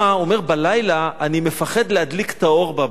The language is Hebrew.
אומר: בלילה אני פוחד להדליק את האור בבית,